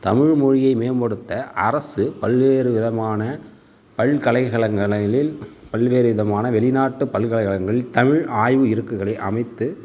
தமிழ்மொழியை மேம்படுத்த அரசு பல்வேறு விதமான பல்கலை பல்வேறு விதமான வெளிநாட்டு பல்கலைக்கழகங்களில் தமிழ் ஆய்வு இருக்கைகளை அமைத்து